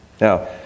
Now